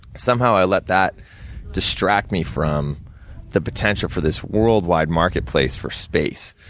somehow, i let that distract me from the potential for this worldwide marketplace for space,